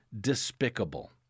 despicable